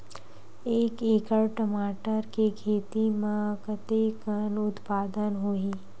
एक एकड़ टमाटर के खेती म कतेकन उत्पादन होही?